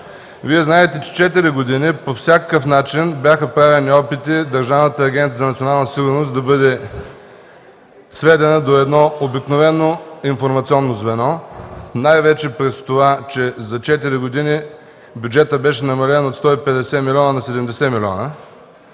Вие знаете, че четири години по всякакъв начин бяха правени опити Държавната агенция „Национална сигурност” да бъде сведена до едно обикновено информационно звено най-вече през това, че за четири години бюджетът беше намален от 150 млн. на 70 млн.